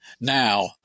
Now